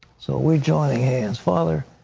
so we are joining hands. father,